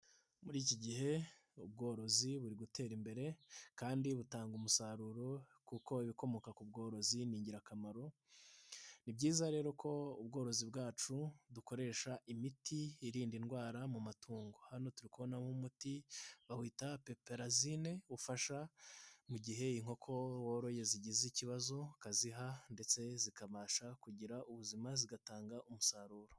Muri iki gihe ubworozi buri gutera imbere kandi butanga umusaruro kuko ibikomoka ku bworozi ni ingirakamaro. Ni byiza rero ko ubworozi bwacu dukoresha imiti irinda indwara mu matungo. Hano turikubonamo umuti bawita peperazine ufasha mu gihe inkoko woroye zigize ikibazo ukaziha ndetse zikabasha kugira ubuzima zigatanga umusaruro.